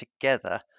together